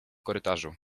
korytarzu